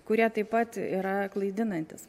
kurie taip pat yra klaidinantys